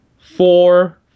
four